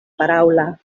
paraula